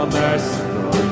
merciful